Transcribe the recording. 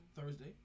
Thursday